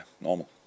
normal